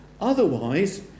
Otherwise